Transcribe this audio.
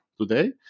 today